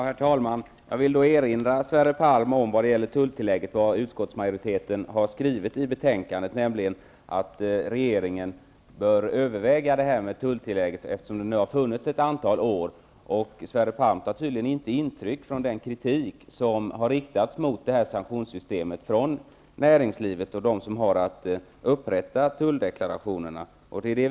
Herr talman! När det gäller tulltillägget vill jag erinra Sverre Palm om vad utskottsmajoriteten skrev i betänkandet. Det står nämligen att regeringen bör överväga frågan om tulltillägget, eftersom detta har funnits ett antal år. Sverre Palm tar tydligen inte intryck av den kritik som från näringslivet och dem som har att upprätta tulldeklarationer har riktats mot sanktionssystemet.